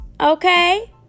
okay